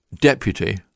deputy